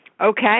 Okay